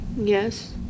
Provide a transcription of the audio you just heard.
Yes